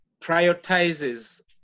prioritizes